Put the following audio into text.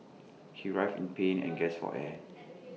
he writhed in pain and gasped for air